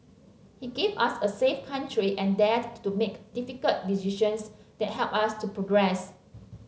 he gave us a safe country and dared to make difficult decisions that helped us to progress